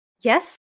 Yes